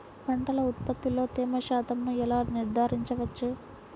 పంటల ఉత్పత్తిలో తేమ శాతంను ఎలా నిర్ధారించవచ్చు?